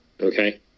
Okay